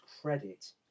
credit